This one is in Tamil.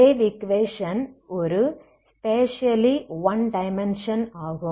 வேவ் ஈக்வேஷன் ஒரு ஸ்பேஷியலி ஒன் டைமென்ஷன் ஆகும்